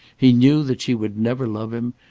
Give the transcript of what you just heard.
he knew that she would never love him,